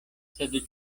sed